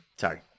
Sorry